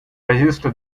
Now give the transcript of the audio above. resist